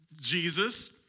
Jesus